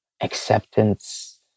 acceptance